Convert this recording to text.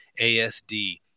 ASD